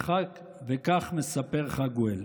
וכך מספר חגואל: